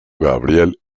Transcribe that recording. gabriel